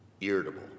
irritable